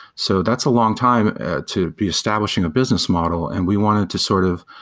so that's a long time to be establishing a business model and we wanted to sort of